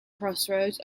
crossroads